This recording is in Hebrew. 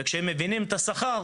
וכשהם מבינים את השכר,